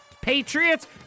Patriots